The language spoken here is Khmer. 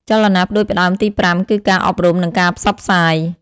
ចលនាផ្តួចផ្តើមទីប្រាំគឺការអប់រំនិងការផ្សព្វផ្សាយ។